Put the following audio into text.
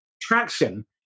Traction